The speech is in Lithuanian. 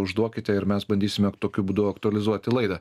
užduokite ir mes bandysime tokiu būdu aktualizuoti laidą